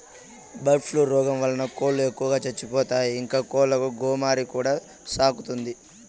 bird flu రోగం వలన కోళ్ళు ఎక్కువగా చచ్చిపోతాయి, ఇంకా కోళ్ళకు గోమారి కూడా సోకుతాది